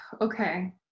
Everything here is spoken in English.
okay